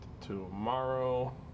tomorrow